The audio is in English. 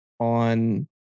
on